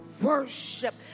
Worship